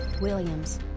Williams